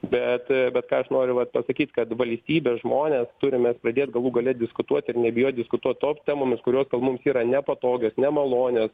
bet bet ką aš noriu vat pasakyt kad valstybės žmonės turim mes pradėt galų gale diskutuot ir nebijot diskutuot top temomis kurios gal mums yra nepatogios nemalonios